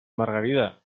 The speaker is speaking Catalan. margarida